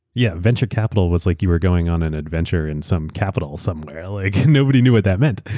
yeah. venture capital was like you were going on an adventure in some capital somewhere. like nobody knew what that meant.